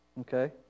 okay